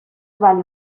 vale